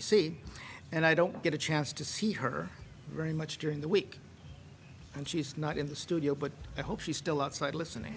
c and i don't get a chance to see her very much during the week and she's not in the studio but i hope she's still outside listening